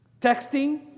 texting